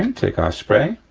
and take our spray.